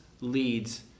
leads